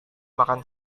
makan